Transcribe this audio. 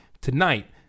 tonight